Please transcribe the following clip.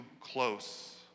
close